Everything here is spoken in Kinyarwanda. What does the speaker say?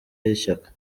y’ishyaka